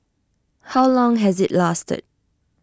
how long has IT lasted